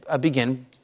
begin